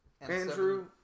Andrew